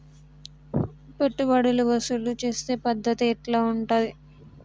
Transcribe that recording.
పెట్టుబడులు వసూలు చేసే పద్ధతి ఎట్లా ఉంటది?